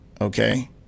Okay